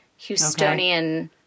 Houstonian